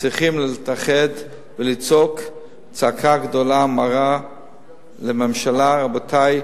צריכים להתאחד ולצעוק צעקה גדולה ומרה לממשלה: רבותי,